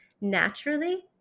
naturally